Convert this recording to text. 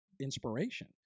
inspiration